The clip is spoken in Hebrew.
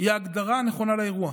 היא ההגדרה הנכונה לאירוע.